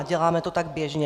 Děláme to tak běžně.